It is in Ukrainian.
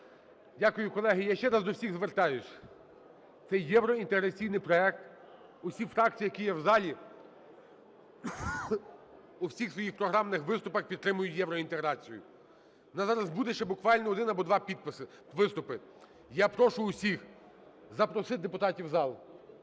Дякую, колеги. Я ще раз до всіх звертаюсь, це євроінтеграційний проект. Усі фракції, які є в залі у всіх своїх програмних виступах підтримують євроінтеграцію. У нас зараз буде ще буквально один або два підписи… виступи, я прошу всіх запросити депутатів у зал,